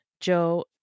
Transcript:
Joe